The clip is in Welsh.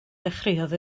ddechreuodd